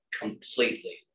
Completely